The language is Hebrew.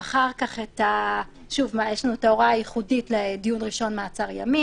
ואחר כך ההוראה הייחודית לדיון ראשון מעצר ימים,